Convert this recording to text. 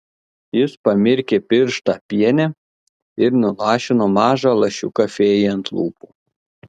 jis pamirkė pirštą piene ir nulašino mažą lašiuką fėjai ant lūpų